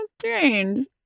strange